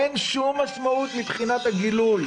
אין שום משמעות מבחינת הגילוי.